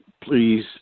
please